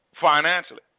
financially